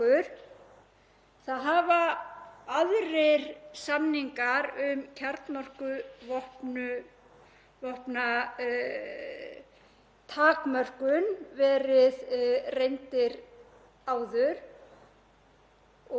hafa verið reyndir áður og þar er kannski helst að nefna samninginn um að dreifa ekki kjarnorkuvopnum frá árinu 1968